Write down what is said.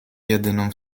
jedyną